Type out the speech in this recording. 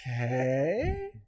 okay